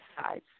sides